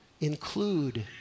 include